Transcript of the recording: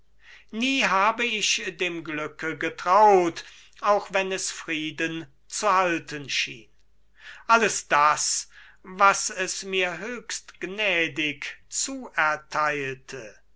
nie habe ich dem glücke getraut auch wenn es frieden zu halten schien alles das was es mir höchst gnädig zuertheilte